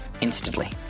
instantly